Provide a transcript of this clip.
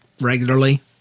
regularly